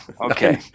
Okay